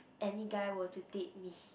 any guy were to date me